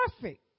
perfect